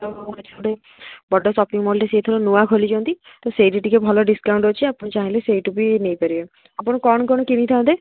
ତ ସେଠି ଗୋଟେ ବଡ଼ ସପିଂ ମଲ୍ଟେ ସେଇଠି ନୂଆ ଖୋଲିଛନ୍ତି ତ ସେଇଠି ଟିକେ ଭଲ ଡିସକାଉଣ୍ଟ ଅଛି ଆପଣ ଚାହିଁଲେ ସେଇଠୁ ବି ନେଇପାରିବେ ଆପଣ କ'ଣ କ'ଣ କିଣିଥାନ୍ତେ